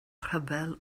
rhyfel